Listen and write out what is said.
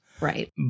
Right